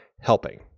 helping